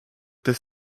des